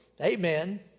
Amen